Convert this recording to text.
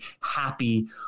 happy